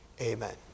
Amen